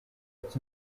its